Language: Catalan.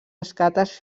escates